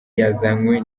yazanywe